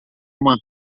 uma